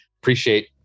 Appreciate